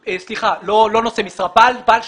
סליחה, לא נושא משרה אלא בעל שליטה.